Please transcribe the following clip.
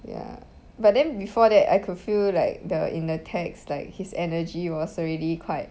ya but then before that I could feel like the in the text like his energy was already quite